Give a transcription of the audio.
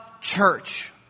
church